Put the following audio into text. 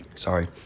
sorry